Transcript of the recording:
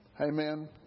Amen